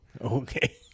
Okay